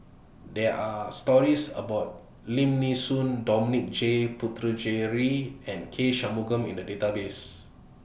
There Are stories about Lim Nee Soon Dominic J Puthucheary and K Shanmugam in The Database